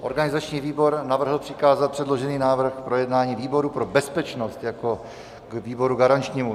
Organizační výbor navrhl přikázat předložený návrh k projednání výboru pro bezpečnost jako výboru garančnímu.